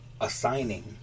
assigning